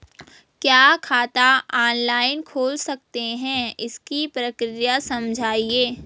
क्या खाता ऑनलाइन खोल सकते हैं इसकी प्रक्रिया समझाइए?